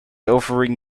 offering